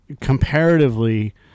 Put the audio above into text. comparatively